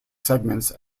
segments